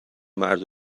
مردا